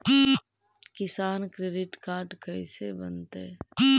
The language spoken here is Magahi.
किसान क्रेडिट काड कैसे बनतै?